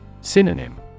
Synonym